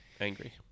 Angry